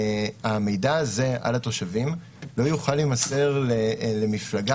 המידע הזה על התושבים לא יוכל להימסר למפלגה